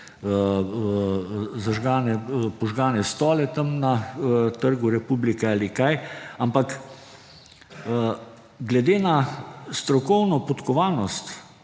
zažgane, požgane stole tam na Trgu republike ali kaj. Glede na strokovno podkovanost